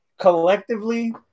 Collectively